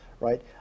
right